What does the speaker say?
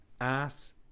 ass